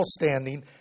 standing